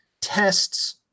tests